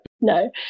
No